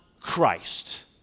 Christ